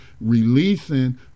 releasing